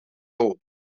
old